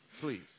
Please